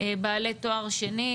בעלי תואר שני,